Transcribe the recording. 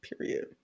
Period